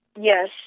Yes